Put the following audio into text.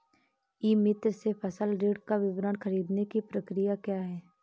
ई मित्र से फसल ऋण का विवरण ख़रीदने की प्रक्रिया क्या है?